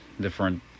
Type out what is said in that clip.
different